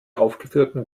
aufgeführten